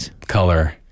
color